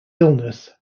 illness